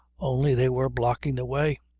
only they were blocking the way.